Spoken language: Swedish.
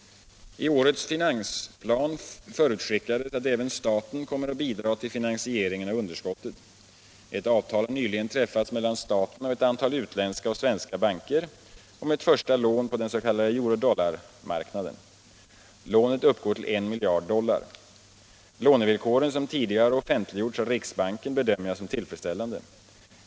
I årets finansplan förutskickades att även staten kommer att bidra till finansieringen av underskottet. Ett avtal har nyligen träffats mellan staten och ett antal utländska och svenska banker om ett första lån på den s.k. eurodollarmarknaden. Lånet uppgår till 1 miljard dollar. Lånevillkoren, som tidigare har offentliggjorts av riksbanken, bedömer jag som tillfredsställande.